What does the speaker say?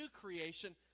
creation